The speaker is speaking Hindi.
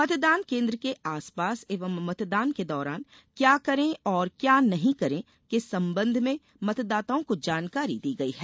मतदान केन्द्र के आस पास एवं मतदान के दौरान क्या करें और क्या नहीं करें के संबंध में मतदाताओं को जानकारी दी गई है